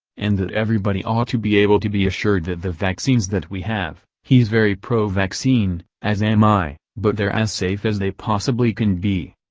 and that everybody ought to be able to be assured that the vaccines that we have hes very pro-vaccine, as am i but theyre as safe as they possibly can be.